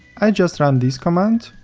i just run this command.